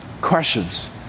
questions